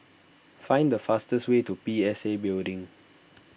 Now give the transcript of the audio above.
find the fastest way to P S A Building